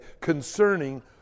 concerning